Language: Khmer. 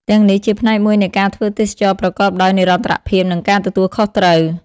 ទាំងនេះជាផ្នែកមួយនៃការធ្វើទេសចរណ៍ប្រកបដោយនិរន្តរភាព និងការទទួលខុសត្រូវ ។